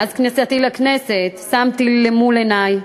מאז כניסתי לכנסת שמתי למול עיני,